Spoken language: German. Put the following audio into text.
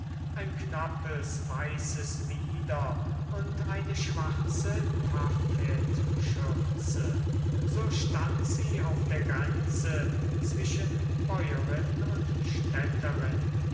ein knappes weißes mieder und eine schwarze taffetschürze so stand sie auf der grenze zwischen bäuerin und städterin